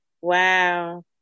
Wow